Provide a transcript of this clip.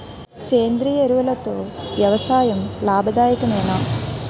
సేంద్రీయ ఎరువులతో వ్యవసాయం లాభదాయకమేనా?